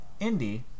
Indie